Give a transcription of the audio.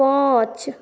पाँच